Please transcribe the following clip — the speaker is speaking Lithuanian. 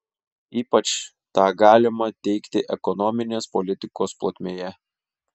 ypač tą galima teigti ekonominės politikos plotmėje